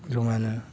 जमानो